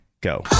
go